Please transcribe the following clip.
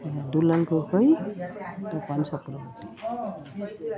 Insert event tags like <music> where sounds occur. <unintelligible>